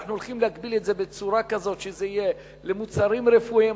אנחנו הולכים להגביל את זה בצורה כזאת שזה יהיה למוצרים רפואיים,